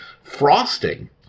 Frosting